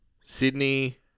Sydney